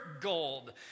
gold